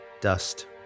dust